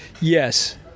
Yes